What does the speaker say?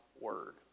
Word